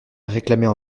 réclamait